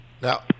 Now